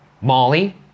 Molly